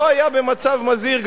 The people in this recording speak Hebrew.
לא היה במצב מזהיר,